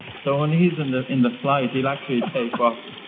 so when he's in the in the flight he'll actually tape up.